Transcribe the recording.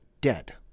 dead